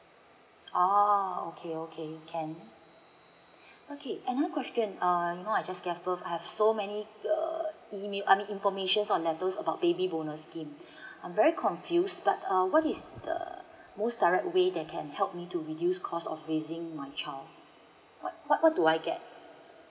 oh okay okay can okay another question ah you know I just gave birth uh I have so many err email I mean information or letters about baby bonus scheme I'm very confused but uh what is the most direct way that can help me to reduce cost of raising my child what what what do I get